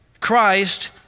Christ